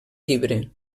llibre